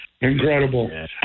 Incredible